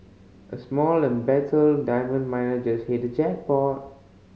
a small embattled diamond miner just hit the jackpot